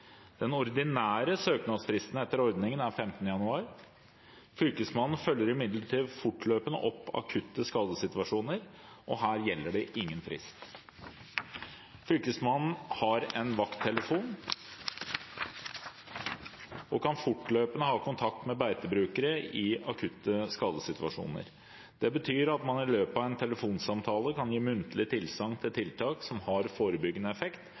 Den ordinære søknadsfristen etter ordningen er 15. januar. Fylkesmannen følger imidlertid fortløpende opp akutte skadesituasjoner, og her gjelder det ingen frist. Fylkesmannen har en vakttelefon og kan fortløpende ha kontakt med beitebrukere i akutte skadesituasjoner. Det betyr at man i løpet av en telefonsamtale kan gi muntlig tilsagn til tiltak som har forebyggende effekt